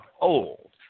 old